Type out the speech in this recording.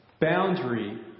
boundary